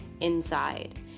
inside